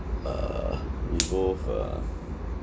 uh we both uh